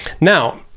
now